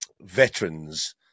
veterans